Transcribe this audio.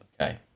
Okay